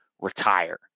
retire